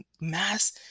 mass